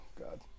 God